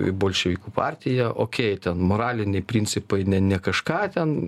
į bolševikų partiją okei ten moraliniai principai ne ne kažką ten